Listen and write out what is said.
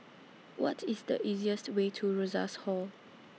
What IS The easiest Way to Rosas Hall